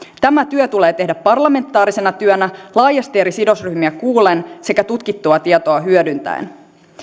tämä työ tulee tehdä parlamentaarisena työnä laajasti eri sidosryhmiä kuullen sekä tutkittua tietoa hyödyntäen